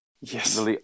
Yes